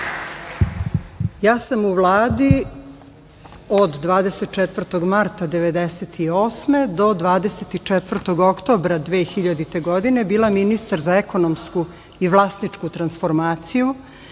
Ja sam u Vladi od 24. marta 1998. godine do 24. oktobra 2000. godine bila ministar za ekonomsku i vlasničku transformaciju.